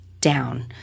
down